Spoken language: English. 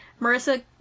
Marissa